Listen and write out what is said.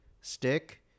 stick